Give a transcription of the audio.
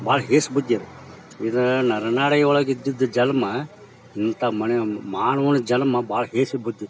ಭಾಳ ಹೇಸ್ ಬುದ್ಧಿ ಅದು ಇದು ನರನಾಡಿ ಒಳಗಿದ್ದಿದ್ದು ಜನ್ಮ ಇಂಥ ಮಣೆ ಮಾನವನ ಜನ್ಮ ಭಾಳ ಹೇಸು ಬುದ್ಧಿ